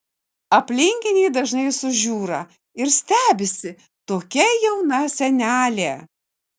aplinkiniai dažnai sužiūra ir stebisi tokia jauna senelė